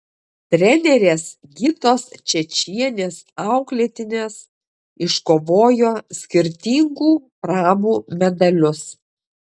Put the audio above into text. trenerės gitos čečienės auklėtinės iškovojo skirtingų prabų medalius